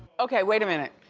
okay, wait a minute,